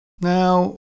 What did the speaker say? now